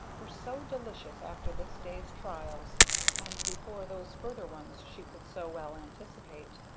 were so delicious after this day's trials and before those further ones she could so well anticipate.